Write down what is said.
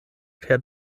per